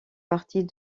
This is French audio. partie